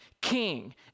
king